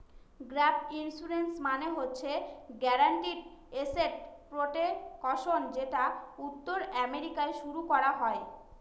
gap insurance মানে হচ্ছে guaranteed asset protection যেটা উত্তর আমেরিকায় শুরু করা হয়